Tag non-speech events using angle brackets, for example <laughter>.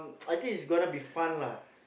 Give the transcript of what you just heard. <noise> I think is gonna be fun lah